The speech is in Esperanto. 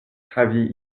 havi